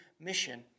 mission